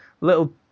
little